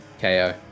KO